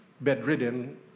bedridden